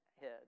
head